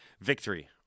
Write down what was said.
victory